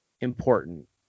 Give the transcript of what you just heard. important